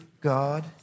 God